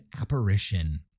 apparition